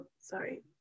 sorry